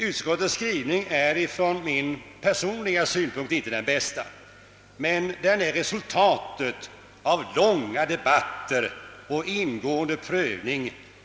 Utskottets skrivning är från min personliga utgångspunkt inte den bästa, men den är resultatet av många debatter och ingående prövning.